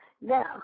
Now